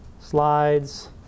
Slides